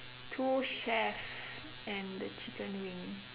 two chefs and the chicken wing